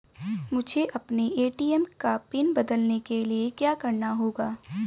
मुझे अपने ए.टी.एम का पिन बदलने के लिए क्या करना होगा?